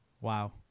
wow